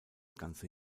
ganze